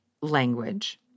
language